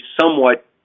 somewhat